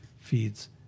feeds